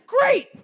great